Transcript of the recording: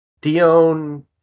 Dion